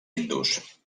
hindús